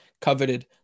coveted